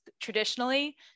traditionally